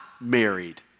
married